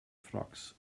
frocks